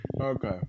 Okay